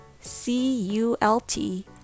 c-u-l-t